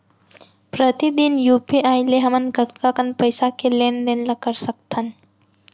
प्रतिदन यू.पी.आई ले हमन कतका कन पइसा के लेन देन ल कर सकथन?